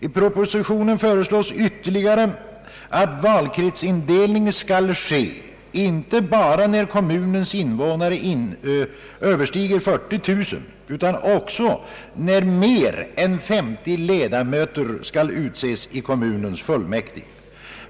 I propositionen föreslås nu ytterligare att valkretsindelning skall ske inte bara när kommunens invånare överskrider 40 000 utan också när mer än 50 ledamöter skall utses i kommunens fullmäktige.